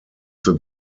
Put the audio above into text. für